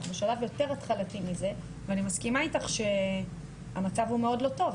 אנחנו בשלב יותר התחלתי מזה ואני מסכימה איתך שהמצב הוא מאוד לא טוב,